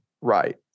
right